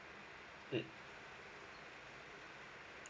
mm